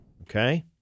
okay